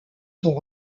sont